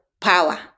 power